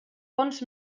bons